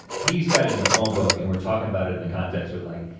he's got it in the phonebook, and we're talking about it in the context with like,